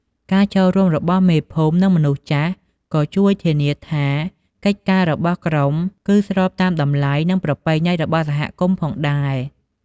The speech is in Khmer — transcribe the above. ការចូលរួមរបស់មេភូមិ និងមនុស្សចាស់ក៏ជួយធានាថា កិច្ចការរបស់ក្រុមគឺស្របតាមតម្លៃ និងប្រពៃណីរបស់សហគមន៍ផងដែរ។